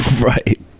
right